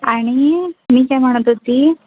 आणि मी काय म्हणत होती